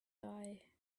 die